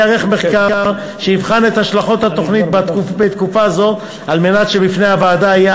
ייערך מחקר שיבחן את השלכות התוכנית בתקופה זו על מנת שבפני הוועדה יהיה